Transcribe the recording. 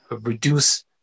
reduce